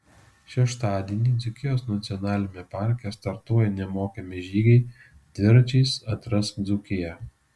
šeštadienį dzūkijos nacionaliniame parke startuoja nemokami žygiai dviračiais atrask dzūkiją